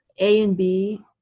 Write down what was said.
a and b